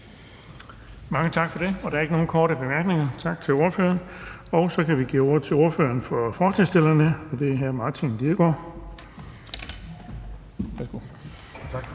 Mange tak for det. Der er ikke nogen korte bemærkninger. Tak til ordføreren. Så kan vi give ordet til ordføreren for forslagsstillerne, og det er hr. Martin Lidegaard. Værsgo. Kl.